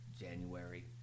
January